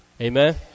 Amen